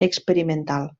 experimental